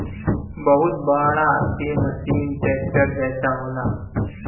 बहुत बड़ा के मसीन ट्रेक्टर जइसन होला